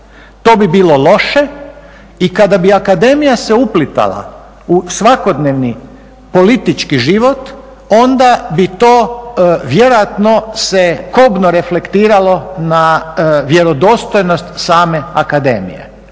to bi bilo loše i kada bi akademija se uplitala u svakodnevni politički život onda bi to vjerojatno se kobno reflektiralo na vjerodostojnost same akademije.